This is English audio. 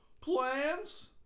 plans